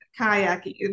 kayaking